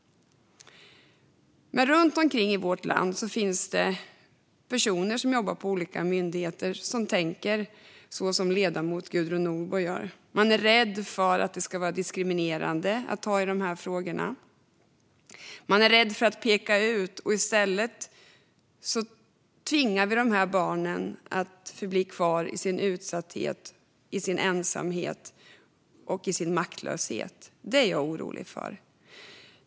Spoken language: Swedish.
Runt om i vårt land finns personal på våra myndigheter som tänker som ledamoten Gudrun Nordborg. De är rädda för att det ska vara diskriminerande att ta upp dessa frågor. De är rädda för att peka ut, så i stället tvingas barnen bli kvar i utsatthet, ensamhet och maktlöshet. Det oroar mig.